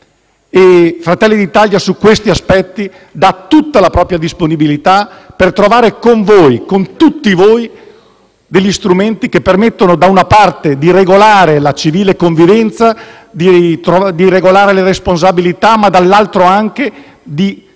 Fratelli d'Italia, su questi aspetti, dà tutta la propria disponibilità per trovare con voi, con tutti voi, degli strumenti che permettano - da una parte - di regolare la civile convivenza, di regolare le responsabilità e - dall'altra - di creare